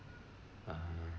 uh